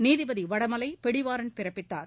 நீதிபதி வடமலை பிடிவாரண்ட் பிறப்பித்தார்